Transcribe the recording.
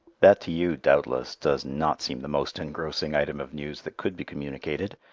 that to you doubtless does not seem the most engrossing item of news that could be communicated,